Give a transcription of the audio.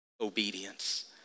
obedience